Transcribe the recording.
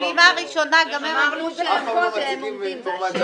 הפעימה הראשונה, גם הם אומרים שהם עומדים בה.